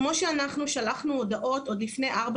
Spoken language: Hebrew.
כמו שאנחנו שלחנו הודעות עוד לפני ארבע